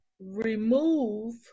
remove